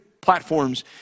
platforms